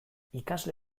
ikasle